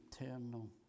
eternal